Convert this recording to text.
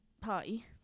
party